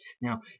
Now